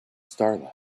starlight